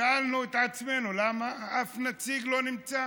שאלנו את עצמנו: למה אף נציג לא נמצא?